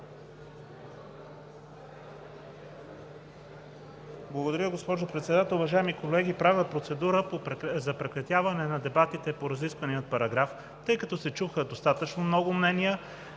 Благодаря, госпожо Председател. Уважаеми колеги, правя процедура за прекратяване на дебатите по разисквания параграф, тъй като се чуха достатъчно много мнения,